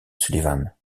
sullivan